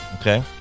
Okay